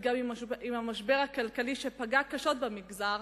גם עם המשבר הכלכלי שפגע קשות במגזר,